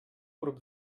grup